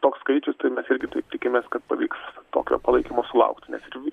toks skaičius tai mes irgi taip tikimės kad pavyks tokio palaikymo sulaukti nes ir vi